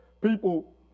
people